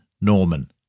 Norman